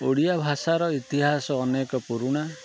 ଓଡ଼ିଆ ଭାଷାର ଇତିହାସ ଅନେକ ପୁରୁଣା